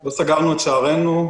לא סגרנו את שערינו.